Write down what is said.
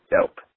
dope